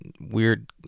weird